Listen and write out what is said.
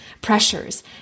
pressures